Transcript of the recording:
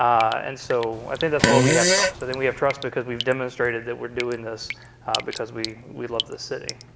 and so i think that's why we have trust. i think we have trust because we've demonstrated that we're doing this because we we love the city.